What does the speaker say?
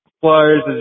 Flyers